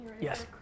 Yes